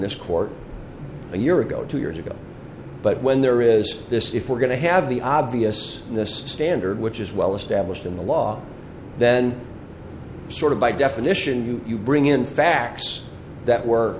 this court a year ago two years ago but when there is this if we're going to have the obvious in this standard which is well established in the law then sort of by definition you bring in facts that were